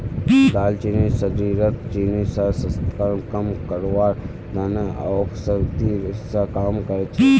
दालचीनी शरीरत चीनीर स्तरक कम करवार त न औषधिर हिस्सा काम कर छेक